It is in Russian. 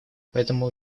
поэтому